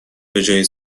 بجای